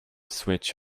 switch